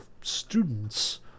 students